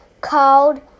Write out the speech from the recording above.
called